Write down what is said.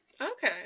Okay